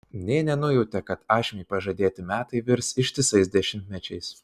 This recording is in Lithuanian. nė nenujautė kad ašmiui pažadėti metai virs ištisais dešimtmečiais